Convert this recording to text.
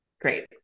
Great